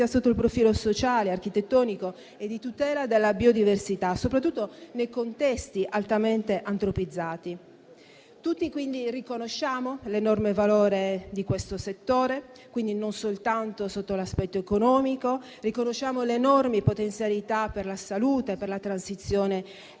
sotto il profilo sociale, architettonico e di tutela della biodiversità, soprattutto nei contesti altamente antropizzati. Tutti, quindi, riconosciamo l'enorme valore di questo settore, non soltanto sotto l'aspetto economico; ne riconosciamo le enormi potenzialità per la salute e per la transizione ecologica.